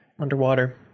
Underwater